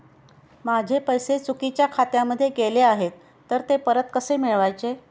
माझे पैसे चुकीच्या खात्यामध्ये गेले आहेत तर ते परत कसे मिळवायचे?